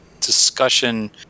discussion